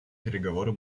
переговоры